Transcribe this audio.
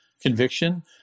conviction